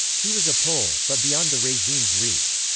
he was a pole, but beyond the regime's reach.